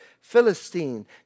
Philistine